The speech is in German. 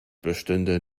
bestünde